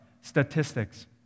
statistics